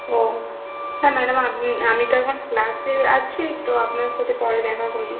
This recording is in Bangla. ও হ্যাঁ ম্যাডাম আপনি আমি তো এখন ক্লাসে আছি তো আপনার সাথে পরে দেখা করি